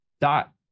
Dot